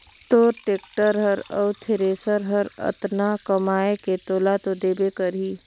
तोर टेक्टर हर अउ थेरेसर हर अतना कमाये के तोला तो देबे करही